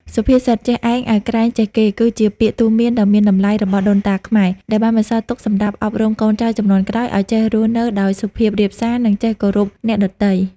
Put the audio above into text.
សុភាសិត "ចេះឯងឲ្យក្រែងចេះគេ" គឺជាពាក្យទូន្មានដ៏មានតម្លៃរបស់ដូនតាខ្មែរ ដែលបានបន្សល់ទុកសម្រាប់អប់រំកូនចៅជំនាន់ក្រោយឲ្យចេះរស់នៅដោយសុភាពរាបសារ និងចេះគោរពអ្នកដទៃ។